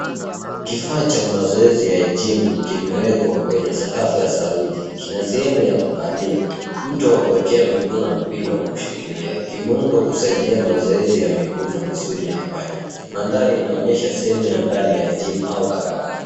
Kifaa cha mazoezi ya gym kimewekwa kwenye sakafu ya saruji, kina sehemu ya kukalia mto wa kuwekelea mguu na mpini wa kushikilia, kimuundo kusaidia mazoezi ya miguu na misuli ya paja, madhari inaonyesha sehemu ya ndani ya gym au karakana.